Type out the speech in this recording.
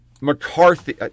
McCarthy